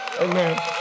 Amen